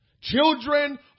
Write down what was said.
Children